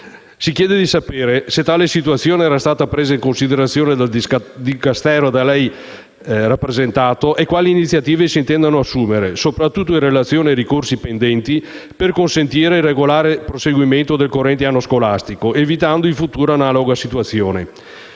Si chiede di sapere se tale situazione era stata presa in considerazione dal Dicastero da lei rappresentato e quali iniziative si intendano assumere, soprattutto in relazione ai ricorsi pendenti, per consentire il regolare proseguimento del corrente anno scolastico, evitando in futuro analoga situazione.